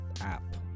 App